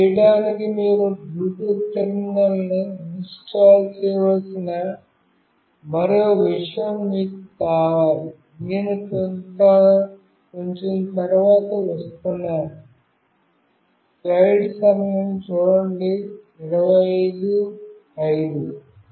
ఇది చేయటానికి మీరు బ్లూటూత్ టెర్మినల్ను ఇన్స్టాల్ చేయాల్సిన మరో విషయం మీకు కావాలి నేను కొంచెం తరువాత వస్తున్నాను